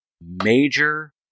major